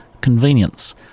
convenience